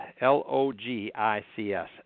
L-O-G-I-C-S